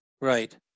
Right